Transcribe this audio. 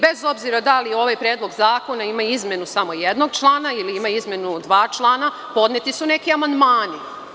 Bez obzira da li ovaj predlog zakona ima izmenu samo jednog člana ili ima izmenu dva člana, podneti su neki amandmani.